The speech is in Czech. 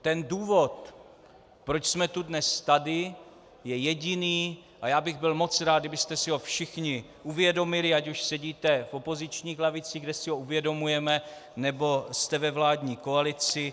Ten důvod, proč jsme dnes tady, je jediný a já bych byl moc rád, kdybyste si ho všichni uvědomili, ať už sedíte v opozičních lavicích, kde si ho uvědomujeme, nebo jste ve vládní koalici.